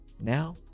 Now